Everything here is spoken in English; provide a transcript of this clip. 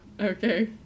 Okay